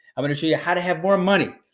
i'm gonna show you how to have more money,